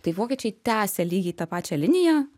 tai vokiečiai tęsė lygiai tą pačią liniją